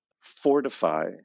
fortify